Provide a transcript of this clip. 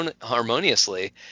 harmoniously